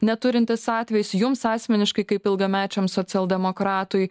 neturintis atvejis jums asmeniškai kaip ilgamečiam socialdemokratui